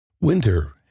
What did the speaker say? Winter